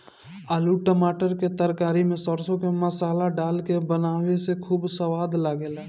आलू टमाटर के तरकारी सरसों के मसाला डाल के बनावे से खूब सवाद लागेला